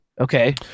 Okay